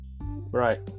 Right